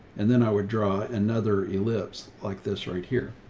and then i would draw another ellipse like this right here.